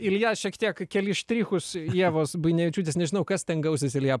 ilja šiek tiek kelis štrichus ievos buinevičiūtės nežinau kas ten gausis ilja